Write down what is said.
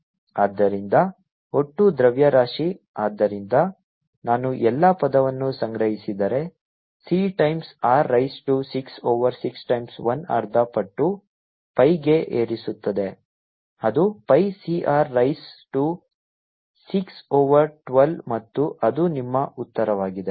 ಆದ್ದರಿಂದ ಒಟ್ಟು ದ್ರವ್ಯರಾಶಿ ಆದ್ದರಿಂದ ನಾನು ಎಲ್ಲಾ ಪದವನ್ನು ಸಂಗ್ರಹಿಸಿದರೆ C times R raise to 6 over 6 times 1 ಅರ್ಧ ಪಟ್ಟು pi ಗೆ ಏರಿಸುತ್ತದೆ ಅದು pi C R raise to 6 over 12 ಮತ್ತು ಅದು ನಿಮ್ಮ ಉತ್ತರವಾಗಿದೆ